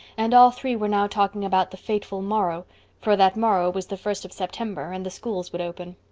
and all three were now talking about the fateful morrow for that morrow was the first of september and the schools would open.